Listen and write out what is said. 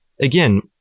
again